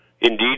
Indeed